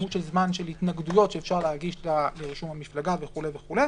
זמן של התנגדויות שאפשר להגיש לרישום המפלגה וכו' וכו',